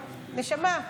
נשמה,